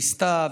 וניסתה,